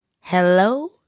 hello